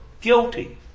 guilty